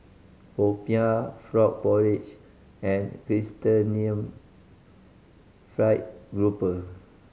popiah frog porridge and fried grouper